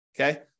Okay